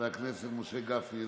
חבר הכנסת משה גפני,